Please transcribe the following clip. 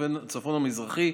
הצפון המזרחי,